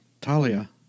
Talia